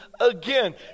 again